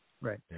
Right